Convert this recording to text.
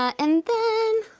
and then,